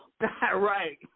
Right